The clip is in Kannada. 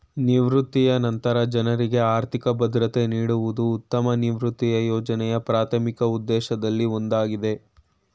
ನಿವೃತ್ತಿಯ ನಂತ್ರ ಜನ್ರುಗೆ ಆರ್ಥಿಕ ಭದ್ರತೆ ನೀಡುವುದು ಉತ್ತಮ ನಿವೃತ್ತಿಯ ಯೋಜ್ನೆಯ ಪ್ರಾಥಮಿಕ ಉದ್ದೇಶದಲ್ಲಿ ಒಂದಾಗಿದೆ